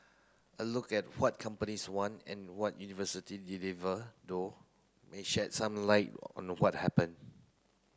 a look at what companies want and what university deliver though may shed some light on what happened